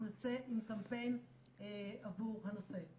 אנחנו נצא עם קמפיין עבור הנושא.